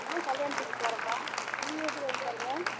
ஆ கல்யாணத்துக்கு போகறேன்ப்பா நீங்கள் எதுக்காக போகறீங்க